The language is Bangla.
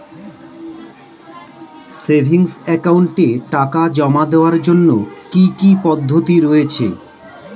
সেভিংস একাউন্টে টাকা জমা দেওয়ার জন্য কি কি পদ্ধতি রয়েছে?